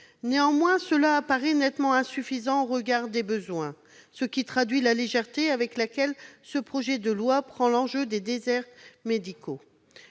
Néanmoins, cela apparaît nettement insuffisant au regard des besoins, ce qui traduit la légèreté avec laquelle ce projet de loi traite l'enjeu des déserts médicaux.